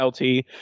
LT